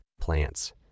plants